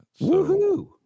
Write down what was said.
woohoo